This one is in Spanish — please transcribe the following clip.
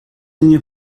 niño